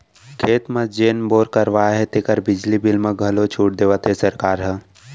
खेत म जेन बोर करवाए हे तेकर बिजली बिल म घलौ छूट देवत हे सरकार ह